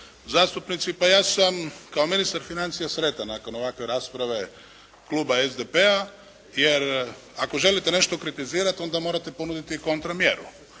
zastupnici. Pa ja sam kao ministar financija sretan nakon ovakve rasprave Kluba SDP-a jer ako želite nešto kritizirati onda morate ponuditi i kontra mjeru.